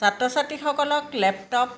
ছাত্ৰ ছাত্ৰীসকলক লেপটপ